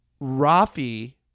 Rafi